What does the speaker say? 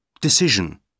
Decision